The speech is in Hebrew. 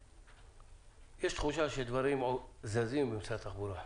יש תחושה שדברים זזים במשרד התחבורה.